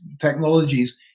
technologies